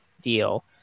deal